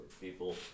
people